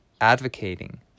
advocating